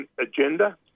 agenda